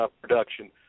production